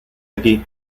aquí